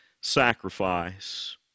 sacrifice